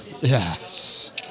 Yes